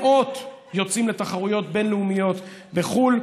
מאות יוצאים לתחרויות בין-לאומיות בחו"ל.